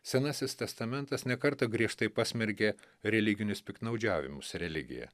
senasis testamentas ne kartą griežtai pasmerkė religinius piktnaudžiavimus religija